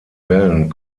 wellen